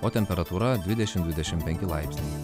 o temperatūra dvidešim dvidešim penki laipsniai